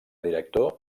director